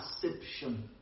perception